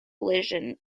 religion